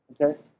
Okay